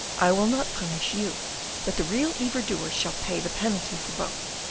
i will not punish you but the real evil-doer shall pay the penalty for both.